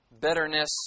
bitterness